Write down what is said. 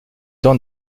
tente